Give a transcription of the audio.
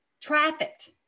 trafficked